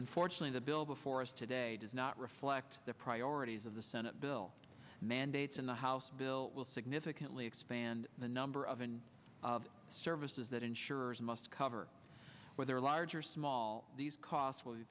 unfortunately the bill before us today does not reflect the priorities of the senate bill mandates in the house bill will significantly expand the number of and services that insurers must cover whether large or small these costs will